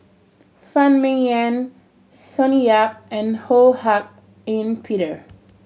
Phan Ming Yen Sonny Yap and Ho Hak Ean Peter